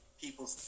people